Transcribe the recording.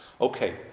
Okay